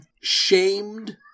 shamed